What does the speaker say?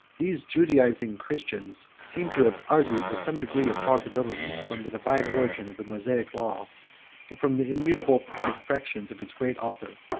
these judaizing christians seem to have argued with some degree of plausibility from the divine origin of the mosaic law, and from the immutable perfections of its great author.